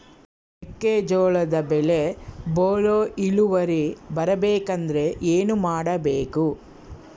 ಮೆಕ್ಕೆಜೋಳದ ಬೆಳೆ ಚೊಲೊ ಇಳುವರಿ ಬರಬೇಕಂದ್ರೆ ಏನು ಮಾಡಬೇಕು?